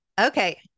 okay